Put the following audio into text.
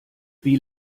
wie